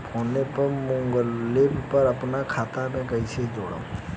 PhonePe या Google Pay पर अपना खाता के कईसे जोड़म?